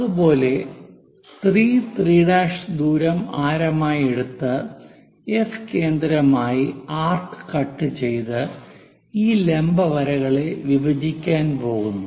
അതുപോലെ 3 3' ദൂരം ആരമായി എടുത്തു എഫ് കേന്ദ്രമായി ആർക്ക് കട്ട് ചെയ്തു ഈ ലംബ വരകളെ വിഭജിക്കാൻ പോകുന്നു